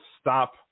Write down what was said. stop